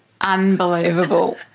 Unbelievable